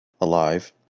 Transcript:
alive